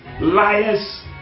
liars